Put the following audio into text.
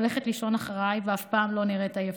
הולכת לישון אחריי ואף פעם לא נראית עייפה.